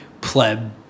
Pleb